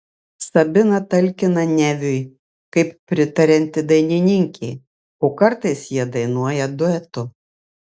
sabina talkina neviui kaip pritarianti dainininkė o kartais jie dainuoja duetu